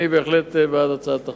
אני בהחלט בעד הצעת החוק.